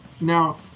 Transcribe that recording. Now